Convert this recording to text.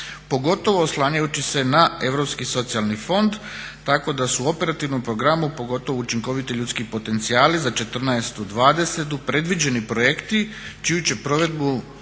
pogotovo oslanjajući se na europski socijalni fond, tako da su u operativnom programu, pogotovo učinkoviti ljudski potencijali za '14.-'20. predviđeni projekti čiju će provedbu